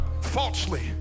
falsely